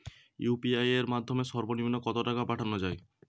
UPI এর মাধ্যমে সর্ব নিম্ন কত টাকা পাঠানো য়ায়?